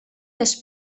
les